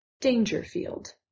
Dangerfield